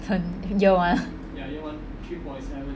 year one